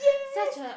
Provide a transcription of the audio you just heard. such a